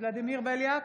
ולדימיר בליאק,